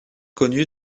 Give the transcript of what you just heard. connus